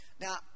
Now